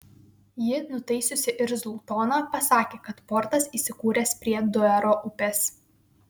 ji nutaisiusi irzlų toną pasakė kad portas įsikūręs prie duero upės